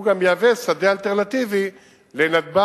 הוא גם יהווה שדה אלטרנטיבי לנתב"ג,